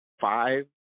five